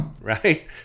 Right